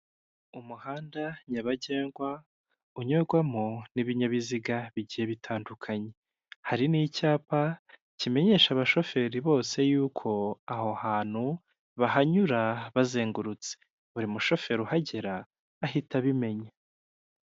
Umuhanda nyabagendwa unyurwamo n'ibinyabiziga bigiye bitandukanye hari n'icyapa kimenyesha abashoferi bose yuko aho hantu bahanyura bazengurutse buri mushoferi uhagera ahita abimenya.